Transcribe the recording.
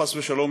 חס ושלום,